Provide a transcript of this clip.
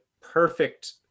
perfect